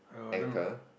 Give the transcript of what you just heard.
anchor